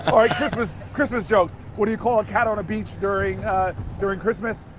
all right, christmas christmas jokes what do you call a cat on a beach during during christmas?